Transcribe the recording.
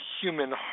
human